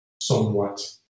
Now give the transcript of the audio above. somewhat